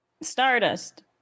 Stardust